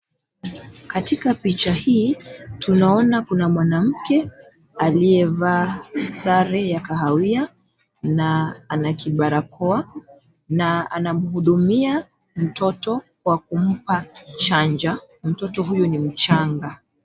Katika picha hii, tunaona kuna mwanamke aliyevaa sare ya kahawia na ana kibarakoa na anamhudumia mtoto kwa kumpa chanjo. Mtoto huyu ni mchanga.